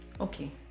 Okay